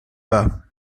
bas